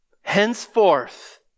Henceforth